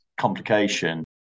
complication